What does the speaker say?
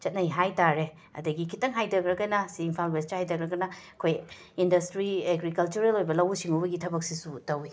ꯆꯠꯅꯩ ꯍꯥꯏꯇꯥꯔꯦ ꯑꯗꯒꯤ ꯈꯤꯇꯪ ꯍꯥꯏꯗꯈ꯭ꯔꯒꯅ ꯁꯤ ꯏꯝꯐꯥꯜ ꯋꯦꯁꯇꯒꯤ ꯍꯥꯏꯗꯈ꯭ꯔꯒꯅ ꯑꯩꯈꯣꯏ ꯏꯟꯗꯁꯇ꯭ꯔꯤ ꯑꯦꯒ꯭ꯔꯤꯀꯜꯆꯔꯦꯜ ꯑꯣꯏꯕ ꯂꯧꯎ ꯁꯤꯡꯎꯕꯒꯤ ꯊꯕꯛꯁꯤꯁꯨ ꯇꯧꯏ